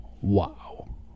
Wow